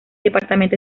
departamento